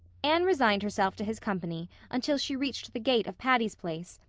anne resigned herself to his company until she reached the gate of patty's place,